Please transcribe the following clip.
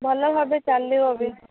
ଭଲ ଭାବେ ଚାଲିବ ବି